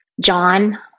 John